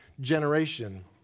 generation